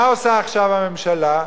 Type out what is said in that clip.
מה עושה עכשיו הממשלה?